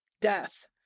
death